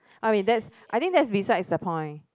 ah wait that's I think that's besides the point